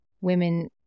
women